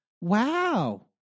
wow